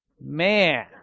Man